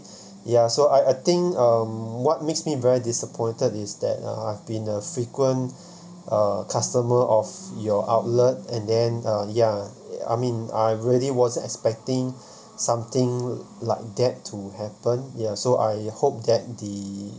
ya so I I think um what makes me very disappointed is that uh I've been a frequent uh customer of your outlet and then uh ya I mean I really wasn't expecting something like that to happen ya so I hope that the